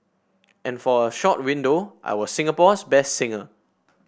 and for a short window I was Singapore's best singer